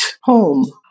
home